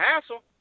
hassle